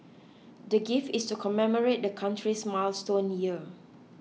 the gift is to commemorate the country's milestone year